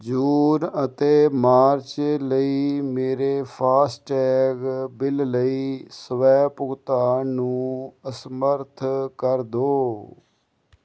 ਜੂਨ ਅਤੇ ਮਾਰਚ ਲਈ ਮੇਰੇ ਫਾਸਟੈਗ ਬਿੱਲ ਲਈ ਸਵੈ ਭੁਗਤਾਨ ਨੂੰ ਅਸਮਰੱਥ ਕਰ ਦੋ